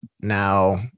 now